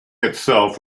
itself